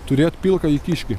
turėt pilkąjį kiškį